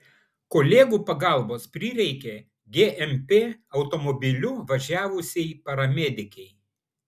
kolegų pagalbos prireikė gmp automobiliu važiavusiai paramedikei